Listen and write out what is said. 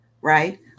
right